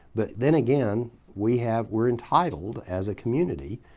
but then again, we have we're entitled as a community,